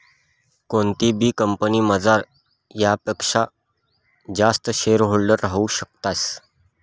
कोणताबी कंपनीमझार येकपक्सा जास्त शेअरहोल्डर राहू शकतस